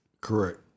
Correct